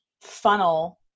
funnel